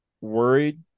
Worried